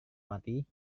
mati